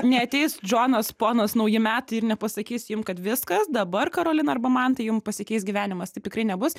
neateis džonas ponas nauji metai ir nepasakys jum kad viskas dabar karolina arba mantai jum pasikeis gyvenimas taip tikrai nebus